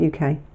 UK